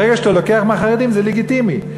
ברגע שאתה לוקח מהחרדים זה לגיטימי,